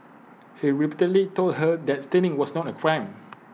he repeatedly told her that stealing was not A crime